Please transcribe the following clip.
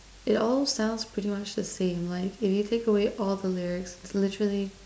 it all sounds pretty much the same like if you take away all the lyrics it's literally